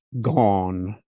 gone